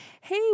Hey